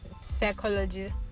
psychology